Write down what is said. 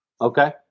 Okay